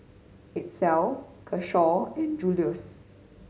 Itzel Keshawn and Juluis